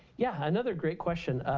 yeah, another great question.